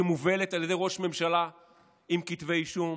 שמובלת על ידי ראש ממשלה עם כתבי אישום